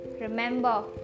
remember